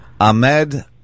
Ahmed